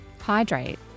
Hydrate